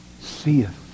seeth